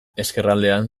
ezkerraldean